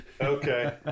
Okay